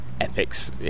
epics